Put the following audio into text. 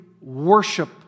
worship